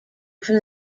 from